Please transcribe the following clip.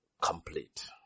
complete